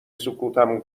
سکوتم